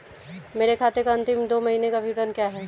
मेरे खाते का अंतिम दो महीने का विवरण क्या है?